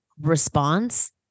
response